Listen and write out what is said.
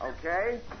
Okay